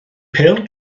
pêl